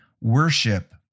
worship